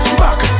back